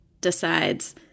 decides